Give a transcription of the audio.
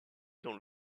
dans